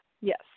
Yes